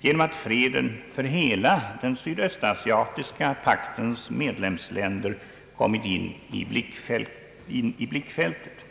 genom att freden för hela den sydöstasiatiska paktens medlemsländer kommit in i blickfältet.